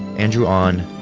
andrew ahn,